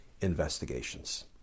investigations